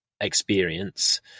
experience